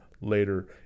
later